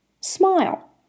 Smile